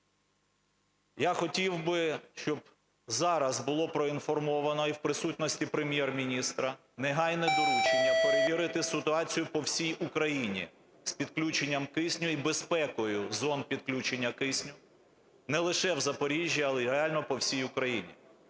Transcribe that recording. Я хотів би, щоб зараз було проінформовано і в присутності Прем'єр-міністра негайне доручення перевірити ситуацію по всій Україні з підключенням кисню і безпекою зон підключення кисню не лише в Запоріжжі, але й реально по всій Україні.